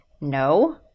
No